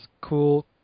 cool